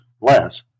less